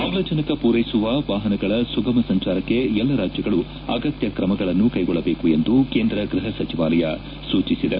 ಆಮ್ಲಜನಕ ಪೂರೈಸುವ ವಾಹನಗಳ ಸುಗಮ ಸಂಚಾರಕ್ಕೆ ಎಲ್ಲ ರಾಜ್ಯಗಳು ಅಗತ್ತ ಕ್ರಮಗಳನ್ನು ಕೈಗೊಳ್ಳಬೇಕೆಂದು ಕೇಂದ್ರ ಗ್ವಹ ಸಚಿವಾಲಯ ಸೂಚಿಸಿದೆ